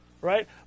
right